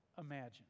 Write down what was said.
Imagine